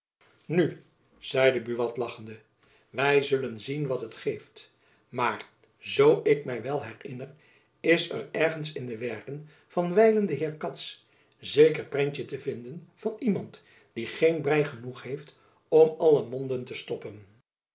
nu zeide buat lachende wy zullen zien wat het geeft maar zoo ik my wel herinner is er ergens in de werken van wijlen den heer cats zeker prentjen te vinden van iemand die geen brij genoeg heeft om alle monden te stoppen